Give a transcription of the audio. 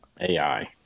AI